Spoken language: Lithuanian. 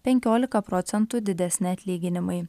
penkiolika procentų didesni atlyginimai